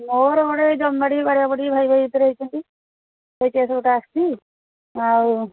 ମୋର ଗୋଟେ ଜମି ବାଡ଼ି ବାଡ଼ୁଆ ବୁଡ଼ି ଭାଇ ଭାଇ ଭିତରେ ହେଇଛନ୍ତି ସେଇ କେସ୍ ଗୋଟେ ଆସିଛି ଆଉ